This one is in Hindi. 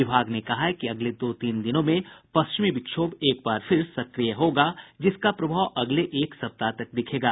विभाग ने कहा है कि अगले दो तीन दिनों में पश्चिमी विक्षोभ एक बार फिर सक्रिय होगा जिसका प्रभाव अगले एक सप्ताह तक दिखेगा